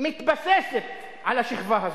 מתבססות על השכבה הזאת.